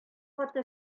каты